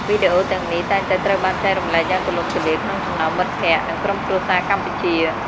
វីដេអូទាំងនេះតែងតែត្រូវបានចែករំលែកយ៉ាងទូលំទូលាយក្នុងចំណោមមិត្តភក្តិ និងក្រុមគ្រួសារកម្ពុជា។